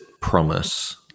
promise